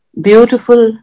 Beautiful